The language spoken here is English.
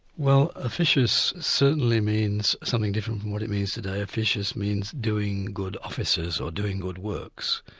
well officious certainly means something different from what it means today. officious means doing good offices, or doing good works.